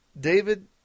David